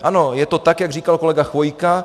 Ano, je to tak, jak říkal kolega Chvojka.